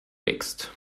mixed